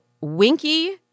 winky